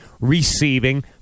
receiving